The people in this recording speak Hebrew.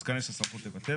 אז כאן יש את הסמכות לבטל.